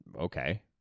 okay